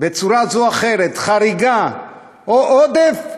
בצורה זו או אחרת, חריגה או עודף,